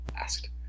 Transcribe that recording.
asked